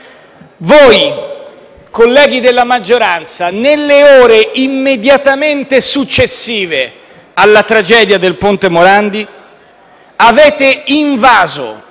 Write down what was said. Voi, colleghi della maggioranza, nelle ore immediatamente successive alla tragedia del ponte Morandi avete invaso